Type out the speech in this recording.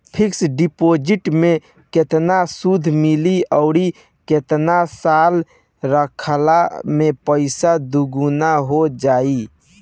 Fix deposit मे केतना सूद मिली आउर केतना साल रखला मे पैसा दोगुना हो जायी?